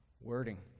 wording